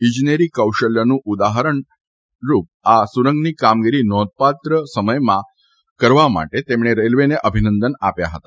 ઇજનેરી કૌશલ્યનું ઉદારહણરૂપ આ સુરંગની કામગીરી નોંધપાત્ર ઓછા સમયમાં કરવા માટે તેમણે રેલવેને અભિનંદન આપ્યા હતા